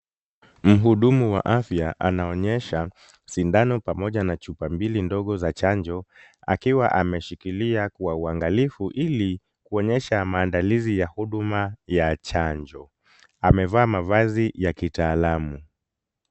Mhudumu wa afya anaonyesha sindano pamoja na chupa mbili ndogo za chanjo akiwa ameshikilia kwa uangalifu ili kuonyesha maandalizi ya huduma ya chanjo. Amevaa mavazi ya kitaalamu.